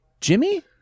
Jimmy